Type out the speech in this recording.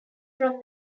from